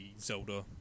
Zelda